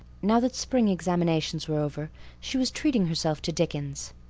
now that spring examinations were over she was treating herself to dickens.